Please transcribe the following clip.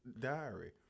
Diary